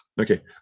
Okay